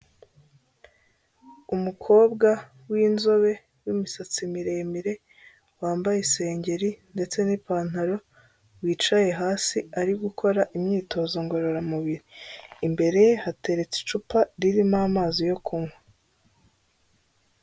Umukobwa w'inzobe w'imisatsi miremire wambaye isengeri ndetse n'ipantaro wicaye hasi ari gukora imyitozo ngororamubiri imbere hateretse icupa ririmo amazi yo kunywa.